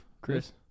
Chris